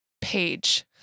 page